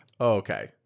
Okay